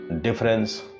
difference